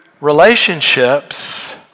relationships